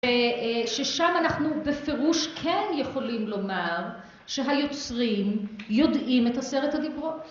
אה אה ששם אנחנו בפירוש כן יכולים לומר שהיוצרים יודעים את עשרת הדברות.